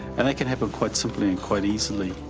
and that can happen quite simply and quite easily.